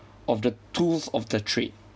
of the tools of the trade